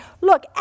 look